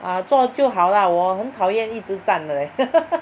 ah 坐就好 lah 我很讨厌一直站的 leh